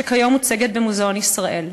שכיום מוצגת במוזיאון ישראל.